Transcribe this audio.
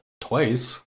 twice